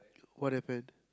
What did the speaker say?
what happened